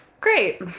Great